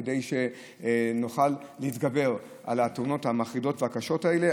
כדי שנוכל להתגבר על התאונות המחרידות והקשות האלה.